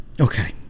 Okay